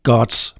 God's